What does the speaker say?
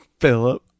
Philip